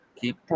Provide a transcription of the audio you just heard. Keep